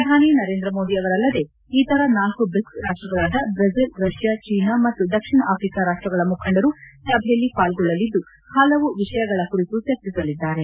ಪ್ರಧಾನಿ ನರೇಂದ್ರ ಮೋದಿ ಅವರಲ್ಲದೆ ಇತರ ನಾಲ್ಕು ಬ್ರಿಕ್ಸ್ ರಾಷ್ವಗಳಾದ ಬ್ರೆಜಿಲ್ ರಷ್ಯಾ ಚೀನಾ ಮತ್ತು ದಕ್ಷಿಣ ಆಫ್ರಿಕಾ ರಾಷ್ಟ್ಗಳ ಮುಖಂಡರು ಸಭೆಯಲ್ಲಿ ಪಾಲ್ಗೊಳ್ಳಲಿದ್ದು ಹಲವು ವಿಷಯಗಳ ಕುರಿತು ಚರ್ಚಿಸಲಿದ್ದಾರೆ